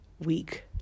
week